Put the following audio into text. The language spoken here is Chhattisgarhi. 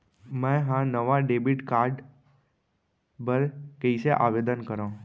मै हा नवा डेबिट कार्ड बर कईसे आवेदन करव?